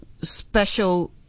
special